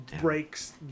breaks